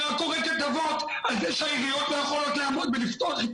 אני רק קורא כתבות על כך שהעיריות לא יכולות לעמוד ולפתוח את